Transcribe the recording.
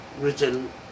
written